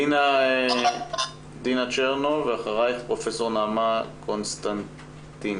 דינה צ'רנו ואחרייך פרופ' נעמה קונסטנטיני.